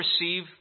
receive